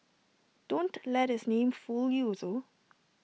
don't let its name fool you though